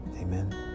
Amen